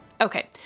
Okay